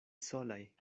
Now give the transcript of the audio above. solaj